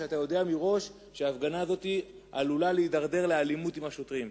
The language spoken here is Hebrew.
כשאתה יודע מראש שההפגנה הזאת עלולה להידרדר לאלימות עם השוטרים.